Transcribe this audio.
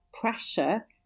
pressure